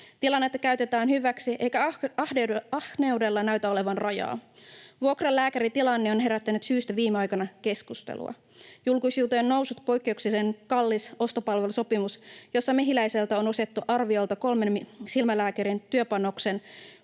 Tilannetta käytetään hyväksi, eikä ahneudella näytä olevan rajaa. Vuokralääkäritilanne on herättänyt syystä viime aikoina keskustelua. Julkisuuteen on noussut poikkeuksellisen kallis ostopalvelusopimus, jossa Mehiläiseltä on ostettu arviolta kolmen silmälääkärin työpanokset